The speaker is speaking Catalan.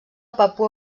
papua